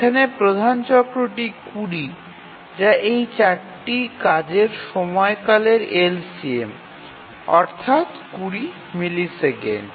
এখানে প্রধান চক্রটি ২০ যা এই চারটি কাজের সময়কালের এলসিএম অর্থাৎ ২০ মিলিসেকেন্ড